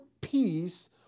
peace